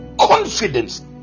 confidence